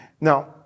now